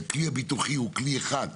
הכלי הביטוחי הוא כלי אחד.